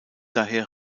daher